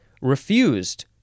refused